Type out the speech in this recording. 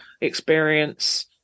experience